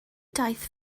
daith